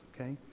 okay